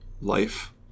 life